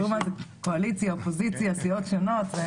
תראו מה זה, קואליציה, אופוזיציה, סיעות שונות.